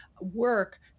work